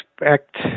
expect